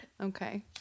okay